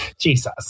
Jesus